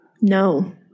No